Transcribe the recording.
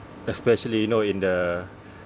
especially you know in the